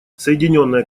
соединенное